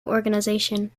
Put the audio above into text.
organization